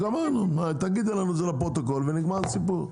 תגידי את זה לפרוטוקול ונגמר הסיפור.